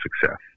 success